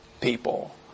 people